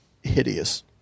hideous